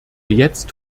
jetzt